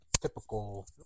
typical